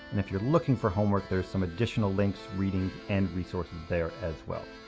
if you're looking for homework, there's some additional links, reading, and resources there as well.